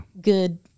good